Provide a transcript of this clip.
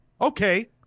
Okay